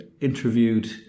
interviewed